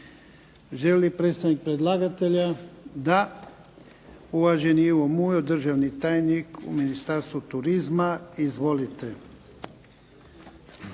Želi li predstavnik predlagatelja? Da. Uvaženi Ivo Mujo, državni tajnik u Ministarstvu turizma. Izvolite.